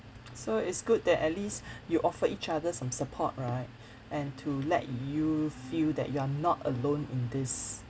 so it's good that at least you offer each other some support right and to let you feel that you're not alone in this